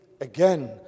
again